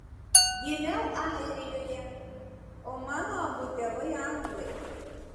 gimiau airijoje o mano abu tėvai anglai